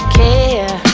care